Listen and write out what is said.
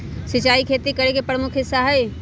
सिंचाई खेती करे के प्रमुख हिस्सा हई